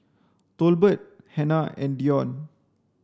Tolbert Hannah and Dion